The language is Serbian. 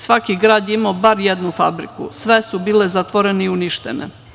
Svaki grad je imao bar jednu fabriku i sve su bile zatvorene i uništene.